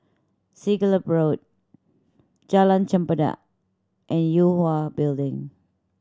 Siglap Road Jalan Chempedak and Yue Hwa Building